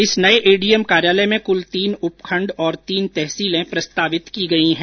इस नए एडीएम कार्यालय में कुल तीन उपखंड और तीन तहसीलें प्रस्तावित किए गए हैं